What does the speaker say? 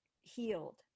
healed